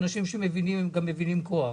הם אנשים שמבינים והם גם מבינים כוח